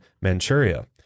manchuria